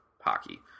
hockey